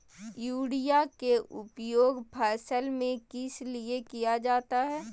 Urea के उपयोग फसल में किस लिए किया जाता है?